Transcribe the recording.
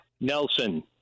Nelson